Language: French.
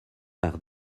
par